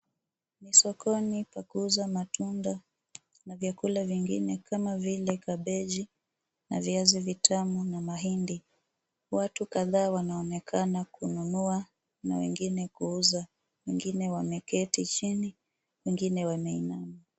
Ni sokoni pa kuuza matunda na vyakula vingine kama vile kabeji na viazi vitamu na mahindi. Watu kadhaa wanaonekana kununua na wengine kuuza, wengine wameketi chini, wengine wameinama.